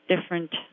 different